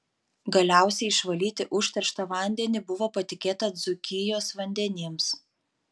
galiausiai išvalyti užterštą vandenį buvo patikėta dzūkijos vandenims